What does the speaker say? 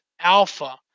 alpha